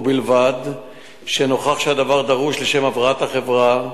ובלבד שנוכח שהדבר דרוש לשם הבראת החברה,